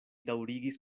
daŭrigis